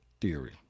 theory